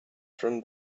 from